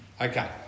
Okay